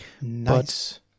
Nice